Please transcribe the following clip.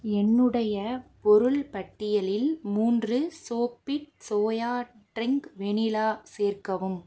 என்னுடைய பொருள் பட்டியலில் மூன்று சோஃபிட் சோயா டிரிங்க் வெனிலா சேர்க்கவும்